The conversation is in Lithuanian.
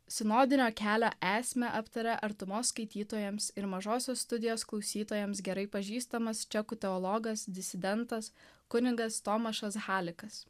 sinodinio kelio esmę aptaria artumos skaitytojams ir mažosios studijos klausytojams gerai pažįstamas čekų teologas disidentas kunigas tomašas halikas